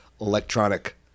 electronic